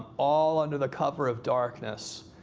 all under the cover of darkness.